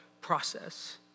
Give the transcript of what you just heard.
process